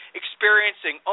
experiencing